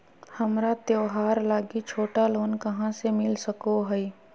हमरा त्योहार लागि छोटा लोन कहाँ से मिल सको हइ?